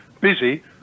busy